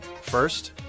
First